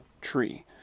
tree